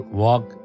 walk